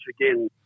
again